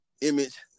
image